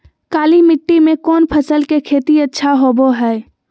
काली मिट्टी में कौन फसल के खेती अच्छा होबो है?